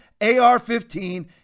AR-15